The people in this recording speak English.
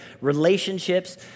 relationships